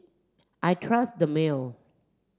I trust Dermale